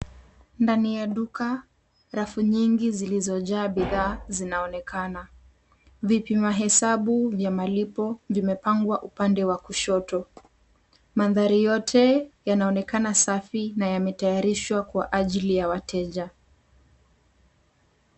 Ndani ya duka, rafu nyingi zilizojaa bidhaa zinaonekana. Vipima hesabu vya malipo vimepangwa upande wa kushoto. Mandhari yote yanaonekana safi na yametayarishwa kwa ajili ya wateja.